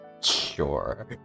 Sure